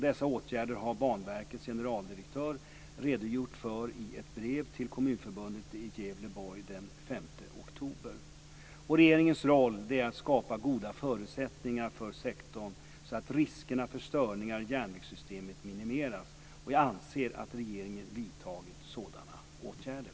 Dessa åtgärder har Banverkets generaldirektör redogjort för i ett brev till kommunförbundet i Regeringens roll är att skapa goda förutsättningar för sektorn, så att riskerna för störningar i järnvägssystemet minimeras. Jag anser att regeringen vidtagit sådana åtgärder.